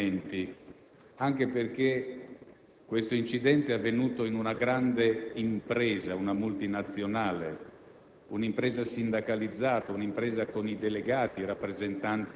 Tutto questo ci lascia sgomenti, anche perché l'incidente è avvenuto in una grande impresa, una multinazionale,